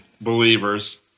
believers